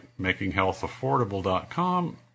makinghealthaffordable.com